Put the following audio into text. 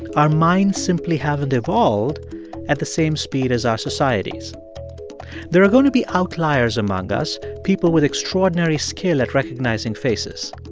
our minds simply haven't evolved at the same speed as our societies there are going to be outliers among us, people with extraordinary skill at recognizing faces.